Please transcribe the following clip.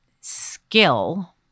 skill